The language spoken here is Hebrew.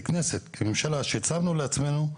ככנסת הצבנו לעצמנו,